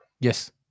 yes